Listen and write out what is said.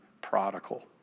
prodigal